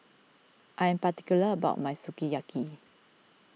I am particular about my Sukiyaki